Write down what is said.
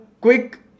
quick